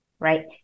Right